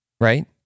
right